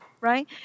right